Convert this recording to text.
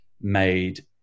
made